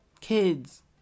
kids